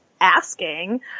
asking